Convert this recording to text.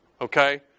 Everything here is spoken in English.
okay